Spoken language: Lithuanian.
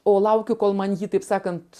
o laukiu kol man jį taip sakant